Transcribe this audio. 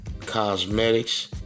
Cosmetics